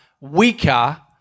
weaker